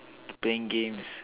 playing games